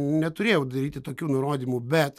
neturėjau daryti tokių nurodymų bet